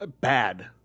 bad